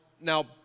now